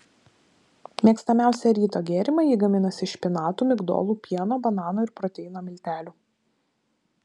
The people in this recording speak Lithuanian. mėgstamiausią ryto gėrimą ji gaminasi iš špinatų migdolų pieno banano ir proteino miltelių